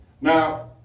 Now